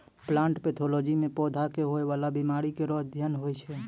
plant pathology म पौधा क होय वाला बीमारी केरो अध्ययन होय छै